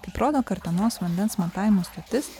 kaip rodo kartenos vandens matavimo stotis